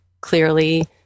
clearly